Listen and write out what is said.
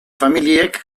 familiek